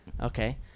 okay